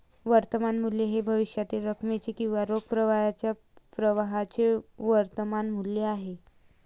वर्तमान मूल्य हे भविष्यातील रकमेचे किंवा रोख प्रवाहाच्या प्रवाहाचे वर्तमान मूल्य आहे